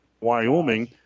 Wyoming